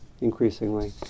increasingly